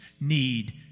need